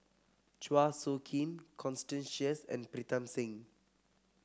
Chua Soo Khim Constance Sheares and Pritam Singh